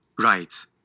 writes